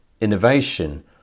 innovation